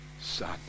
son